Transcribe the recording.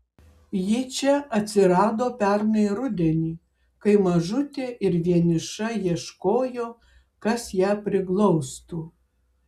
ji čia atsirado pernai rudenį kai mažutė ir vieniša ieškojo kas ją priglaustų